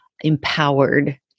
empowered